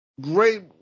great